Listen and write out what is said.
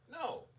No